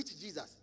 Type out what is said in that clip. Jesus